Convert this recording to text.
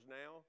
now